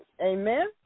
Amen